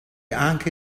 anche